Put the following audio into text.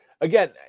Again